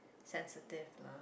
sensitive lah